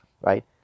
Right